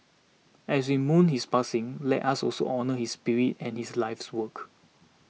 as we mourn his passing let us also honour his spirit and his life's work